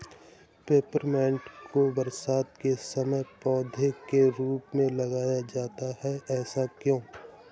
Peppermint को बरसात के समय पौधे के रूप में लगाया जाता है ऐसा क्यो?